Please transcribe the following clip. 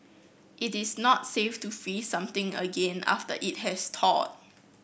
it is not safe to freeze something again after it has thawed